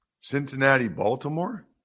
Cincinnati-Baltimore